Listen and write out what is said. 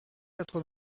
quatre